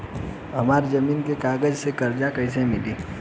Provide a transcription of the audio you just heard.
हमरा जमीन के कागज से कर्जा कैसे मिली?